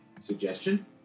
Suggestion